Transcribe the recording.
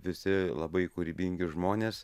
visi labai kūrybingi žmonės